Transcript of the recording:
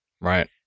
Right